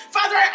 Father